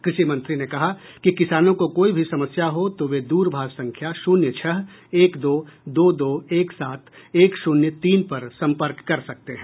कृषि मंत्री ने कहा कि किसानों को कोई भी समस्या हो तो वे द्रभाष संख्या शून्य छह एक दो दो दो एक सात एक शून्य तीन पर सम्पर्क कर सकते हैं